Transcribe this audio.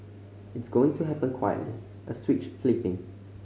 it's going to happen quietly a switch flipping